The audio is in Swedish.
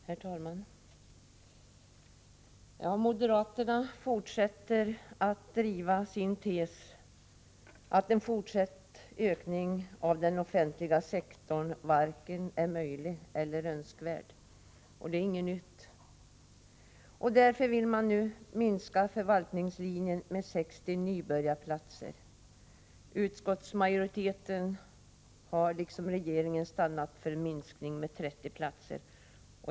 Herr talman! Moderaterna fortsätter att driva sin tes att en fortsatt ökning av den offentliga sektorn varken är möjlig eller önskvärd. Det är inget nytt. Därför vill man skära ned förvaltningslinjen med 60 nybörjarplatser. Utskottsmajoriteten har, liksom regeringen, stannat för en minskning med 30 platser.